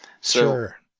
Sure